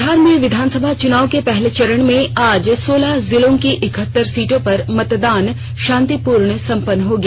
बिहार में विधानसभा चुनाव के पहले चरण में आज सोलह जिलों की इक्हत्तर सीटों पर मतदान शांतिपूर्ण संपन्न हो गया